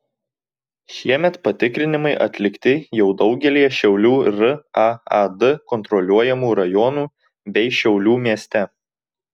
šiemet patikrinimai atlikti jau daugelyje šiaulių raad kontroliuojamų rajonų bei šiaulių mieste